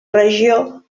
regió